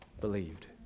believed